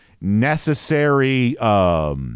necessary –